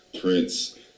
prince